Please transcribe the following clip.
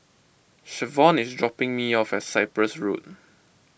Shavon is dropping me off at Cyprus Road